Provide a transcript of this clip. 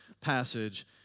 passage